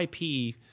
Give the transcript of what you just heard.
IP